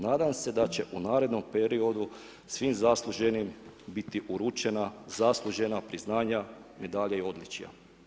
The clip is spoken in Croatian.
Nadam se da će u narednom periodu svih zasluženim biti uručena zaslužena priznanja, medalja i odličja.